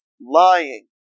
Lying